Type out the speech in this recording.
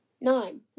Nine